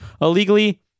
illegally